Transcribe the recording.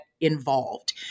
involved